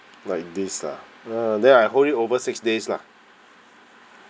like this ah uh then I hold it over six days lah